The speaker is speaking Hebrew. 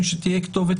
לוועדה.